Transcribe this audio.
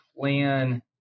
plan